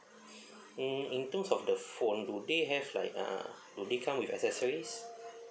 mm in terms of the phone do they have like uh do they come with accessories